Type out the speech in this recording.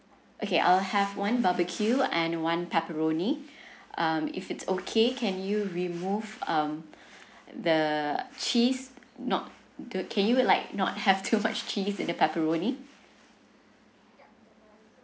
okay I'll have one barbecue and one pepperoni um if it's okay can you remove um the cheese not do can you like not have too much cheese in the pepperoni